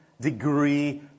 degree